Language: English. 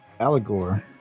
allegor